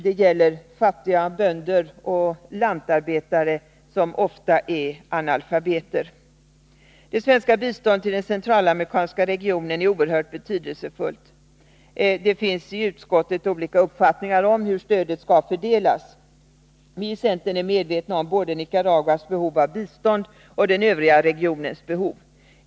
Det gäller fattiga bönder och lantarbetare som ofta är analfabeter. Det svenska biståndet till den centralamerikanska regionen är oerhört betydelsefullt. Det finns i utskottet olika uppfattning om hur stödet skall fördelas. Vi i centern är medvetna om både Nicaraguas behov av bistånd och den övriga regionens behov.